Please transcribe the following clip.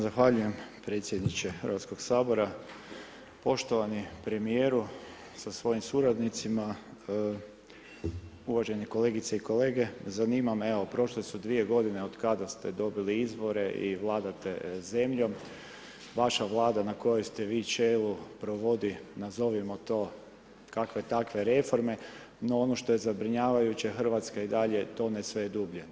Zahvaljujem predsjedniče HS-a, poštovani premijeru sa svojim suradnicima, uvaženi kolegice i kolege, zanima me, evo prošle su 2 godine od kada ste dobili izbore i vladate zemljom, vaša Vlada na kojem ste vi čelu, provodi, nazovimo to, kakve takve reforme, no ono što je zabrinjavajuće RH i dalje tone sve dublje.